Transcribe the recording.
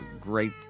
great